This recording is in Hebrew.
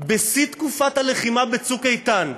בשיא תקופת הלחימה ב"צוק איתן",